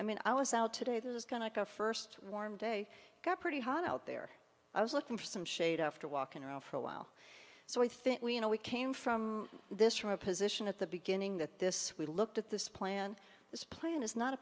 i mean i was out today that was going to go first warm day got pretty hot out there i was looking for some shade after walking around for a while so i think we you know we came from this from a position at the beginning that this we looked at this plan this plan is not a